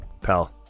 Pal